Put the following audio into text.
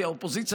כי האופוזיציה,